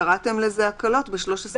קראתם לזה הקלות ב-13(ב),